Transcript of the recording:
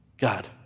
God